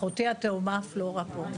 אחותי התאומה פלורה פה,